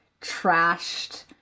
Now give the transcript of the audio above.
trashed